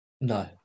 No